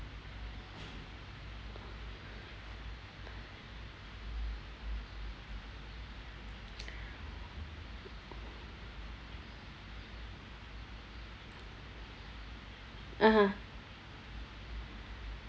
(uh huh)